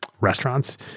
restaurants